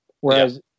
Whereas